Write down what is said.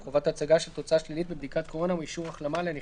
חובת הצגה של תוצאה שלילית בבדיקת קורונה או אישור החלמה לנכנס